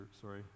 Sorry